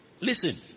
listen